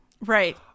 Right